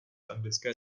anglické